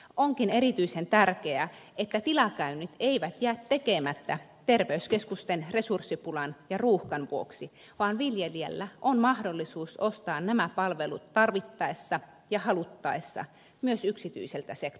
onkin erityisen tärkeää että tilakäynnit eivät jää tekemättä terveyskeskusten resurssipulan ja ruuhkan vuoksi vaan viljelijällä on mahdollisuus ostaa nämä palvelut tarvittaessa ja haluttaessa myös yksityiseltä se